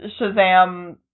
Shazam